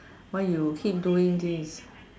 why you keep doing this